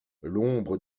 l’ombre